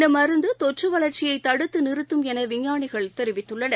இந்தமருந்துதொற்றுவளர்ச்சியைதடுத்துநிறுத்தம் எனவிஞ்ஞானிகள் தெரிவித்துள்ளனர்